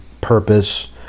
purpose